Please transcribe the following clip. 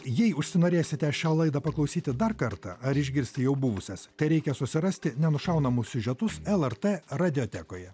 jei užsinorėsite šią laidą paklausyti dar kartą ar išgirsti jau buvusias tereikia susirasti nenušaunamus siužetus lrt radiotekoje